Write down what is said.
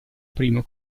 primo